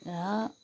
र